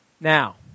Now